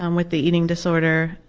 um with the eating disorder,